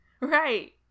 right